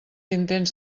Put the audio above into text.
intens